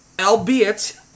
albeit